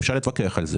אפשר להתווכח על זה